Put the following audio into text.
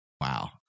Wow